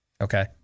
okay